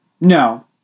No